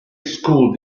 school